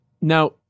Now